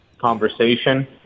conversation